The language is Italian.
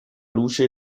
luce